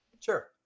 Sure